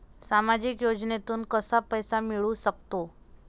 सामाजिक योजनेतून कसा पैसा मिळू सकतो?